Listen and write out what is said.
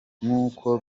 nkuko